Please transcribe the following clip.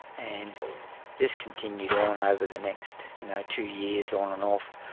and this continued on over the next you know two years on and off,